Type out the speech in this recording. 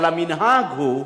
אבל המנהג הוא,